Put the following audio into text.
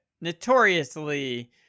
notoriously